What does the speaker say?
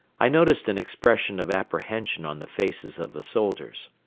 i noticed an expression of apprehension on the faces of the soldiers.